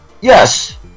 yes